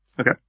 Okay